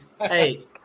Hey